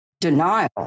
denial